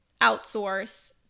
outsource